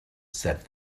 said